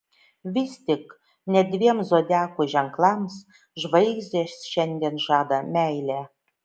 vis tik net dviem zodiako ženklams žvaigždės šiandien žadą meilę